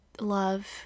love